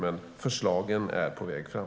Men förslagen är på väg fram.